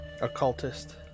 Occultist